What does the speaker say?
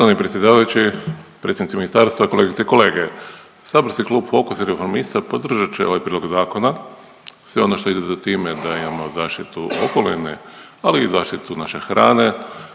Štovani predsjedavajući, predstavnici ministarstva, kolegice i kolege. Saborski klub Fokus i Reformista podržat će ovaj prijedlog zakona, sve ono što ide za time da imamo zaštitu okoline, ali i zaštitu naše hrane